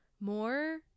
more